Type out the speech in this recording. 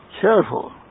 careful